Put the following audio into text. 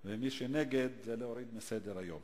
מי שנגד, זה להוריד מסדר-היום.